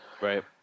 Right